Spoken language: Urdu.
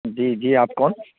جی جی آپ کون